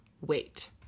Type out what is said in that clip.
Wait